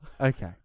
okay